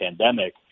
pandemic